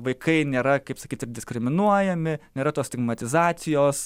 vaikai nėra kaip sakyt ir diskriminuojami nėra tos stigmatizacijos